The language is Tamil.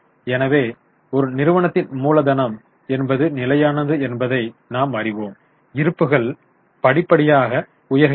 எனவே ஒரு நிறுவனத்தின் மூலதனம் என்பது நிலையானது என்பதை நாம் அறிவோம் இருப்புக்கள் படிப்படியாக உயர்கின்றன